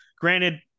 granted